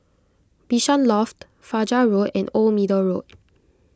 Bishan Loft Fajar Road and Old Middle Road